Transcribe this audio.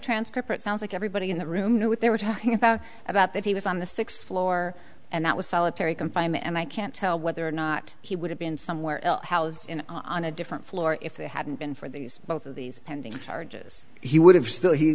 transcript that sounds like everybody in the room knew what they were talking about about that he was on the sixth floor and that was solitary confinement and i can't tell whether or not he would have been somewhere on a different floor if it hadn't been for these both of these